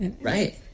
Right